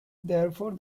thereafter